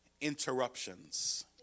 interruptions